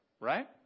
right